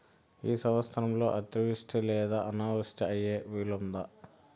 ఈ సంవత్సరంలో అతివృష్టి లేదా అనావృష్టి అయ్యే వీలుందా?